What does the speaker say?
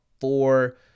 four